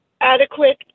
adequate